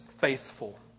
faithful